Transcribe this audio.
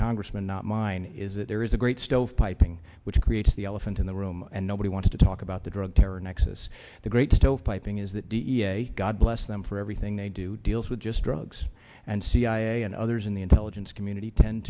congressman not mine is that there is a great stovepiping which creates the elephant in the room and nobody wants to talk about the drug terror nexus the great stovepiping is that the god bless them for everything they do deals with just drugs and cia and others in the intelligence community tend